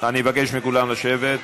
אני מבקש מכולם לשבת.